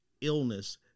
illness